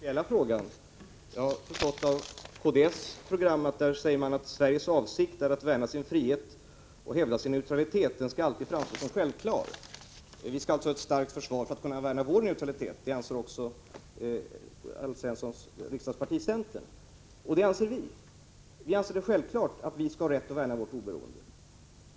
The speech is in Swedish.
Herr talman! Jag noterade Alf Svenssons uttalande i den principiella frågan. Jag har förstått av kds program att kds hävdar att Sveriges avsikt att värna sin frihet och hävda sin neutralitet alltid skall framstå som självklar. Vi skall alltså ha ett starkt försvar för att kunna hävda vår neutralitet. Det anser också Alf Svenssons riksdagsparti, centern, och det anser även vi. Vi anser det självklart att vi skall ha rätt att värna vårt oberoende.